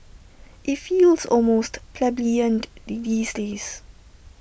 IT feels almost plebeiant the these days